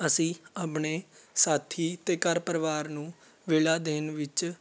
ਅਸੀਂ ਆਪਣੇ ਸਾਥੀ ਅਤੇ ਘਰ ਪਰਿਵਾਰ ਨੂੰ ਵੇਲਾ ਦੇਣ ਵਿੱਚ